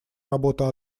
работа